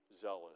zealous